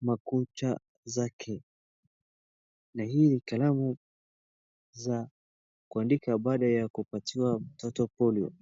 makucha zake. Na hii kalamu ni za kuandika baada ya kupatiwa watoto polio.